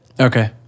Okay